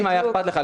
אם היה אכפת לך,